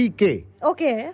Okay